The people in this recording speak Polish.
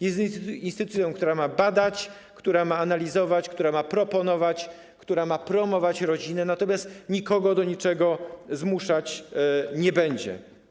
Jest instytucją, która ma badać, która ma analizować, która ma proponować, która ma promować rodzinę, natomiast nikogo do niczego zmuszać nie będzie.